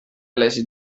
les